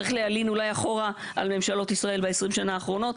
צריך להלין אולי אחורה על ממשלות ישראל ב-20 שנה האחרונות.